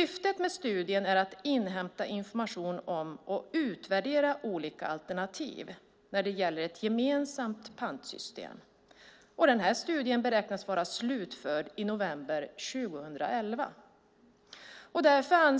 Syftet med studien är att inhämta information om och utvärdera olika alternativ när det gäller ett gemensamt pantsystem. Studien beräknas vara slutförd i november 2011.